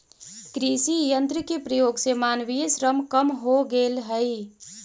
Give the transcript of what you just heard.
कृषि यन्त्र के प्रयोग से मानवीय श्रम कम हो गेल हई